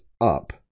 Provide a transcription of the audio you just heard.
up